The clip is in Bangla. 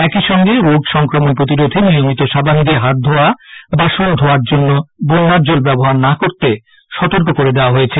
একই সঙ্গে রোগ সংক্রমণ প্রতিরোধে নিয়মিত সাবান দিয়ে হাত ধোওয়া বাসন ধোয়ার জন্য বন্যার জল ব্যবহার না করতে সতর্ক করা হয়েছে